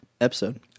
episode